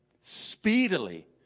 Speedily